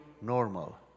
normal